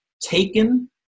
taken